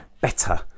better